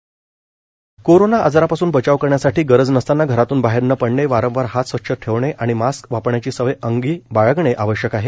Covid Vidarbha corona आजारापासून बचाव करण्यासाठी गरज नसताना घरातून बाहेर न पडणे वारंवार हात स्वच्छ ठेवणे आणि मास्क वापरण्याची सवय अंगी बाळगणे आवश्यक आहे